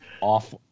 off